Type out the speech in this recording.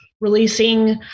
releasing